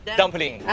dumpling